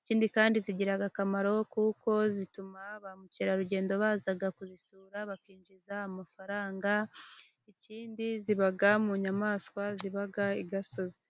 Ikindi kandi zigira akamaro kuko zituma ba mukerarugendo baza kuzisura, bakinjiza amafaranga, ikindi ziba mu nyamaswa ziba i gasozi.